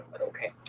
Okay